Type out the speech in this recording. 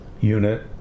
unit